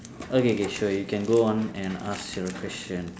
oh K K sure you can go on and ask your question